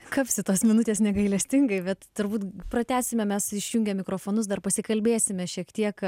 kapsi tos minutės negailestingai bet turbūt pratęsime mes išjungę mikrofonus dar pasikalbėsime šiek tiek